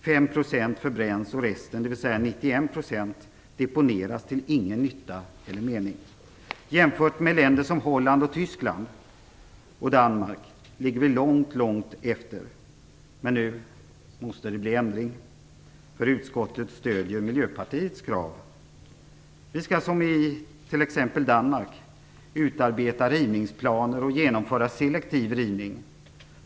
5 % förbränns, och resten, dvs. 91 %, deponeras till ingen nytta eller mening. Jämfört med länder som Holland, Tyskland och Danmark ligger vi mycket långt efter. Men nu måste det bli ändring, eftersom utskottet stöder Miljöpartiets krav. Vi skall som i t.ex. Danmark utarbeta rivningsplaner och genomföra selektiv rivning.